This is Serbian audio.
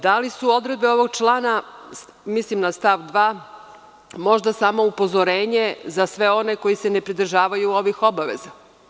Da li su odredbe ovog člana, mislim na stav 2, možda samo upozorenje za sve one koji se ne pridržavaju ovih obaveza?